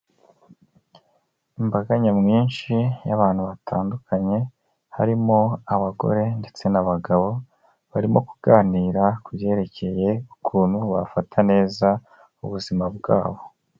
Imbaga nyamwinshi y'abantu batandukanye, harimo abagore ndetse n'abagabo, barimo kuganira ku byerekeye ukuntu bafata neza ubuzima bwabo.